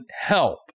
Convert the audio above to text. help